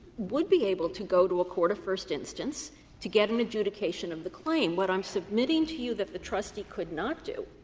would be able to go to a court of first instance to get an adjudication of the claim. what i'm submitting to you that the trustee could not do,